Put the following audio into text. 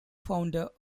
founder